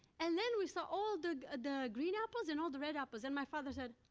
and then, we saw all the ah the green apples and all the red apples, and my father said,